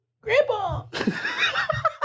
Grandpa